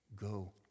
Go